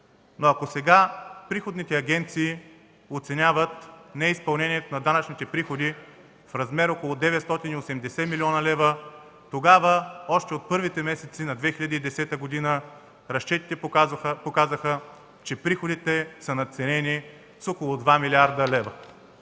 Но ако сега приходните агенции оценяват неизпълнението на данъчните приходи в размер около 980 млн. лв., тогава още от първите месеци на 2010 г. разчетите показаха, че приходите са надценени с около 2 млрд. лв.